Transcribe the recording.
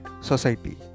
Society